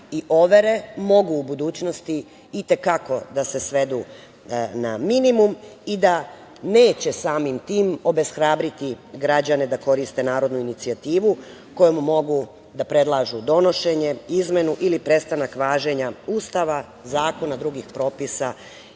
i overe mogu u budućnosti i te kako da se svedu na minimum i da neće samim tim obeshrabriti građane da koriste narodnu inicijativu kojom mogu da predlažu donošenje, izmenu ili prestanak važenja Ustava, zakona, drugih propisa